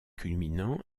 culminant